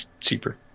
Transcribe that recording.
Cheaper